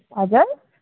हजुर